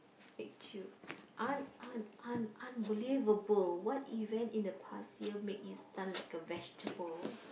made you un~ un~ un~ unbelievable what event in the past year made you stunned like a vegetable